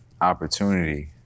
opportunity